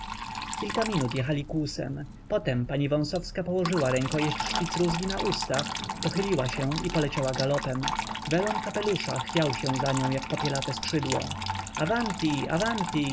kilka minut jechali kłusem potem pani wąsowska położyła rękojeść szpicrózgi na ustach pochyliła się i poleciała galopem welon kapelusza chwiał się za nią jak popielate skrzydło